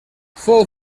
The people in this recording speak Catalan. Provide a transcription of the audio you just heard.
fou